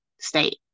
state